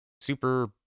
Super